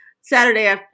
Saturday